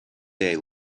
day